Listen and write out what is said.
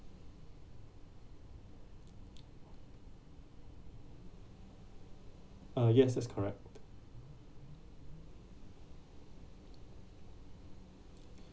uh yes that's correct